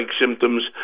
symptoms